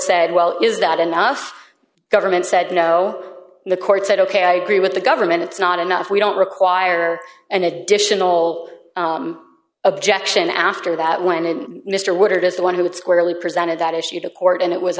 said well is that enough government said no the court said ok i agree with the government it's not enough we don't require an additional objection after that when it mr woodard is the one who would squarely presented that issue to court and it was